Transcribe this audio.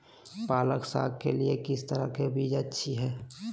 पालक साग के लिए किस तरह के बीज अच्छी है?